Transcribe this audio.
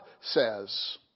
says